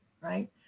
right